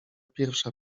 pierwsza